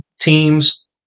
teams